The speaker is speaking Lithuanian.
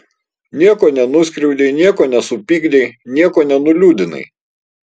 nieko nenuskriaudei nieko nesupykdei nieko nenuliūdinai